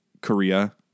Korea